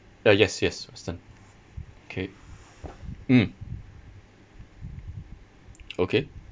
uh yes yes western okay mm okay